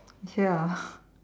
ya